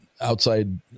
outside